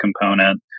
component